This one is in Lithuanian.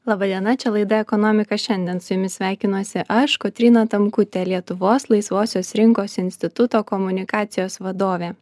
laba diena čia laida ekonomika šiandien su jumis sveikinuosi aš kotryna tamkutė lietuvos laisvosios rinkos instituto komunikacijos vadovė